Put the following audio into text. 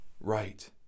right